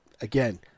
again